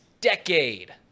decade